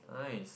nice